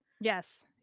yes